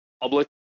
public